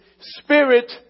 spirit